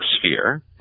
sphere